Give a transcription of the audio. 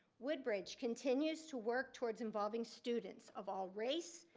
woodbridge continues to work towards involving students of all race,